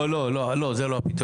לא לא, זה לא אמרתי.